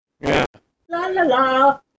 La-la-la